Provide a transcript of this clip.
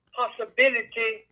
possibility